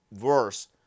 worse